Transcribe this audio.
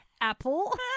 Apple